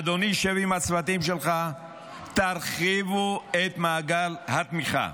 אדוני ישב עם הצוותים שלו וירחיבו את מעגל התמיכה.